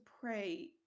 pray